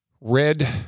red